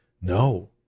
No